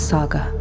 Saga